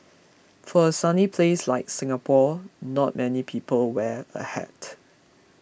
for a sunny place like Singapore not many people wear a hat